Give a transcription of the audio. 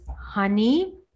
honey